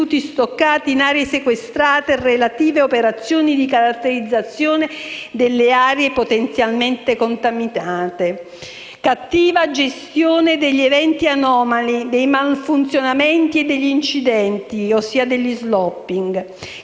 stoccati in aree sequestrate e relative operazioni di caratterizzazione delle aree potenzialmente contaminate; cattiva gestione degli eventi anomali, malfunzionamenti e incidenti (*slopping*);